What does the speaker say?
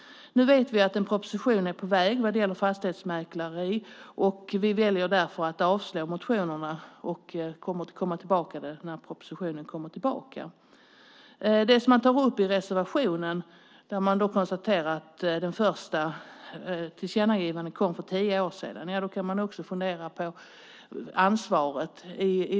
Nu vet vi att en proposition är på väg vad gäller fastighetsmäkleri. Vi väljer därför att yrka avslag på motionerna, och vi återkommer när propositionen läggs fram. I reservationen konstateras att det första tillkännagivandet kom för tio år sedan. Då kan vi också fundera över ansvaret.